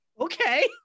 Okay